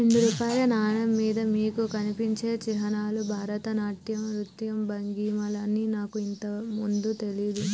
రెండు రూపాయల నాణెం మీద మీకు కనిపించే చిహ్నాలు భరతనాట్యం నృత్య భంగిమలని నాకు ఇంతకు ముందు తెలియదు